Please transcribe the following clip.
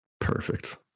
Perfect